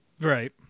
Right